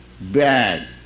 bad